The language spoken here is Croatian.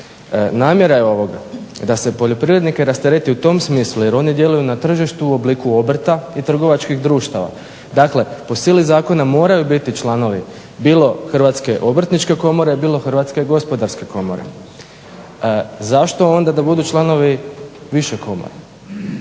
Namjera je ovog da se poljoprivrednike rastereti u tom smislu jer oni djeluju na tržištu u obliku obrta i trgovačkih društava, dakle po sili zakona moraju biti članovi bilo Hrvatske obrtničke komore, bilo Hrvatske gospodarske komore. Zašto onda da budu članovi više komora.